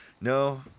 No